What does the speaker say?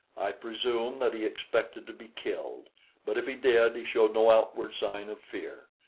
i presume that he expected to be killed but if he did, he showed no outward sign of fear.